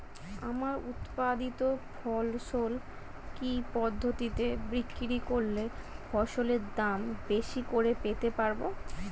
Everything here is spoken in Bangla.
আমার উৎপাদিত ফসল কি পদ্ধতিতে বিক্রি করলে ফসলের দাম বেশি করে পেতে পারবো?